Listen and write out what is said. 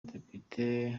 depite